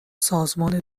سازمان